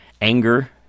anger